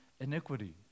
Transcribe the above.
iniquity